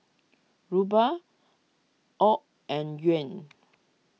Ruble Aud and Yuan